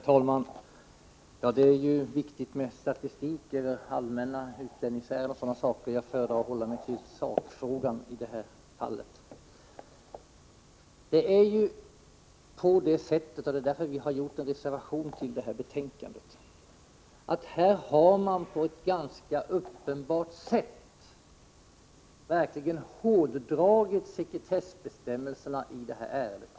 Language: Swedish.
Herr talman! Det är viktigt med statistik över allmänna utlänningsärenden m.m. Jag föredrar emellertid att hålla mig till sakfrågan i detta fall. Anledningen till att vi har fogat en reservation till betänkandet är att sekretessbestämmelserna i detta ärende har hårdragits på ett ganska uppenbart sätt.